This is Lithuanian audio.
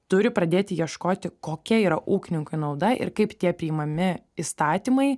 turi pradėti ieškoti kokia yra ūkininkui nauda ir kaip tie priimami įstatymai